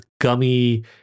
gummy